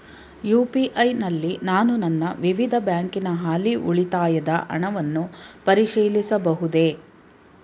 UPI ನಲ್ಲಿ ನಾನು ನನ್ನ ವಿವಿಧ ಬ್ಯಾಂಕಿನ ಹಾಲಿ ಉಳಿತಾಯದ ಹಣವನ್ನು ಪರಿಶೀಲಿಸಬಹುದೇ?